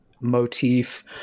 motif